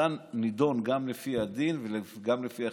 אתה נידון גם לפי הדין וגם לפי החשבון.